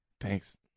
Thanks